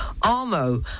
Armo